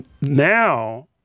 Now